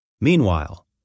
Meanwhile